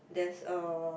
there's a